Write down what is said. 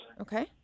Okay